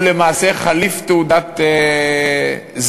הוא למעשה חליף תעודת זהות.